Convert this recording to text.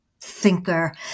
thinker